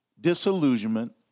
disillusionment